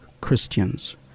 Christians